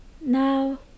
Now